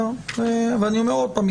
אני אומר עוד פעם,